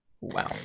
Wow